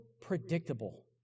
predictable